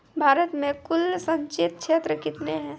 भारत मे कुल संचित क्षेत्र कितने हैं?